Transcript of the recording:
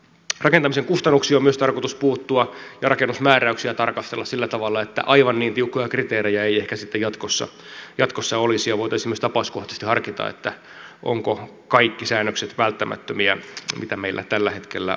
rakentamisen kustannuksiin on myös tarkoitus puuttua ja rakennusmääräyksiä tarkastella sillä tavalla että aivan niin tiukkoja kriteerejä ei ehkä sitten jatkossa olisi ja voitaisiin myös tapauskohtaisesti harkita ovatko kaikki säännökset välttämättömiä mitä meillä tällä hetkellä on